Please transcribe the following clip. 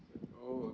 oh